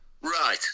Right